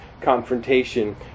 confrontation